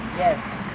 yes